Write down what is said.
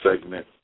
segment